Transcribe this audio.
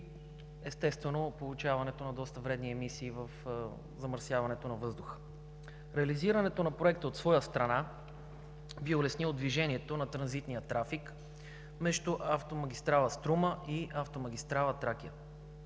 естествено, получаването на доста вредни емисии в замърсяването на въздуха. Реализирането на проекта, от своя страна, би улеснило движението на транзитния трафик между автомагистрала „Струма“ и автомагистрала „Тракия“.